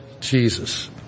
Jesus